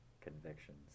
convictions